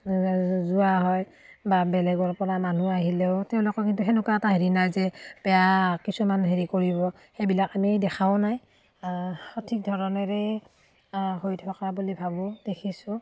যোৱা হয় বা বেলেগৰপৰা মানুহ আহিলেও তেওঁলোকৰ কিন্তু সেনেকুৱা এটা হেৰি নাই যে বেয়া কিছুমান হেৰি কৰিব সেইবিলাক আমি দেখাও নাই সঠিক ধৰণেৰেই হৈ থকা বুলি ভাবোঁ দেখিছোঁ